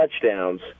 touchdowns